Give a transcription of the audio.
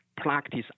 practice